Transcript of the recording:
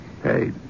Hey